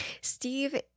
Steve